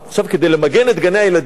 כדי למגן את גני-הילדים